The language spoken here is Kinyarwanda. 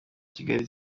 kigali